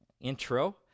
intro